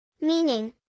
Meaning